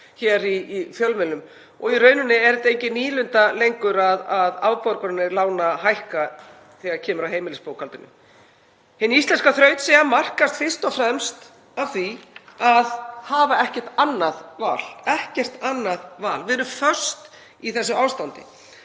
hér í fjölmiðlum og í rauninni er engin nýlunda lengur að afborganir lána hækki þegar kemur að heimilisbókhaldinu. Hin íslenska þrautseigja markast fyrst og fremst af því að hafa ekkert annað val. Við erum föst í þessu ástandi.